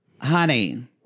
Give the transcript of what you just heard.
honey